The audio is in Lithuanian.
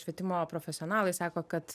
švietimo profesionalai sako kad